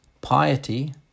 piety